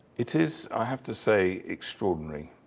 it is, i have to say, extraordinary.